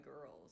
girls